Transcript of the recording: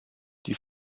die